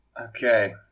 Okay